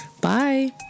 Bye